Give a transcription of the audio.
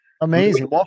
amazing